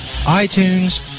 iTunes